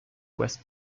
west